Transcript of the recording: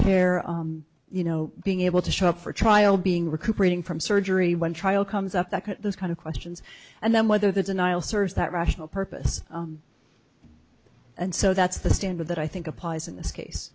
care you know being able to show up for trial being recuperating from surgery when trial comes up that this kind of questions and then whether the denial serves that rational purpose and so that's the standard that i think applies in this case